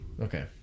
Okay